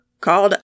called